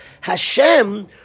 Hashem